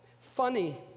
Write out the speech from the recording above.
Funny